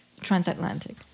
transatlantic